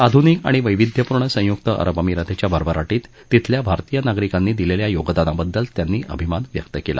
आधुनिक आणि वैविध्यपूर्ण संयुक्त अरब अमिरातीच्या भरभराटीत तिथल्या भारतीय नागरिकांनी दिलेल्या योगदानाबद्दल त्यांनी अभिमान व्यक्त केला